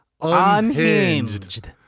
Unhinged